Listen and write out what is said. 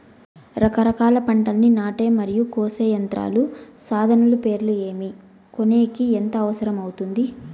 రకరకాల పంటలని నాటే మరియు కోసే యంత్రాలు, సాధనాలు పేర్లు ఏమి, కొనేకి ఎంత అవసరం అవుతుంది?